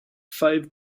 five